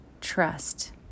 trust